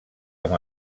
amb